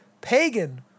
pagan